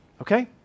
Okay